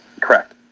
Correct